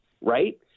right